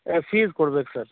ಏಯ್ ಫೀಸ್ ಕೊಡ್ಬೇಕು ಸರ್